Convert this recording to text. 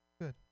Good